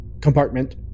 compartment